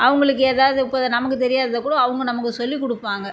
அவர்களுக்கு ஏதாவது இப்ப நமக்கு தெரியாததை கூட அவங்க நமக்கு சொல்லிக்கொடுப்பாங்க